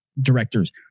directors